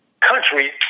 country